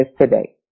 today